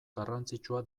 garrantzitsua